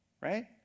Right